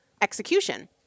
execution